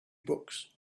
books